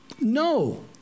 No